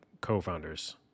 co-founders